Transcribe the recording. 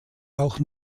auch